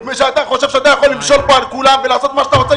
שאתה חושב שאתה יכול למשול פה על כולם ולעשות מה שאתה רוצה.